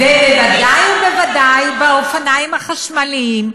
וודאי ובוודאי באופניים החשמליים,